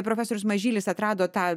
profesorius mažylis atrado tą